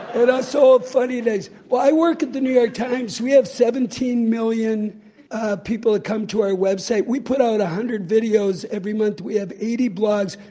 us old fuddy-duddies. well, i work at the new york times. we have seventeen million people that come to our website. we put out a hundred videos every month. we have eighty blogs.